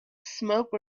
smoke